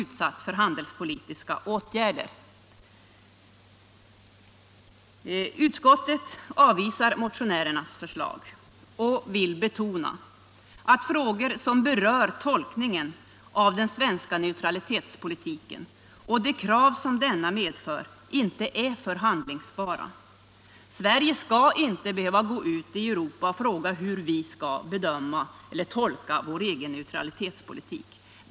Utskottsmajoriteten avvisar motionärernas förslag och vill betona att frågor som berör tolkningar av den svenska neutralitetspolitiken och de krav som denna medför inte är förhandlingsbara. Sverige skall inte behöva gå ut i Europa och fråga hur vi skall sköta neutralitetspolitiken.